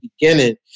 beginning